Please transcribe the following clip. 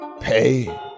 Pay